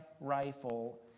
rifle